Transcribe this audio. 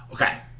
Okay